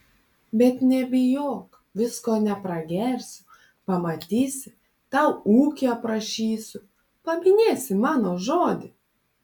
bet nebijok visko nepragersiu pamatysi tau ūkį aprašysiu paminėsi mano žodį